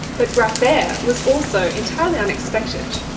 but graphair was also entirely unexpected.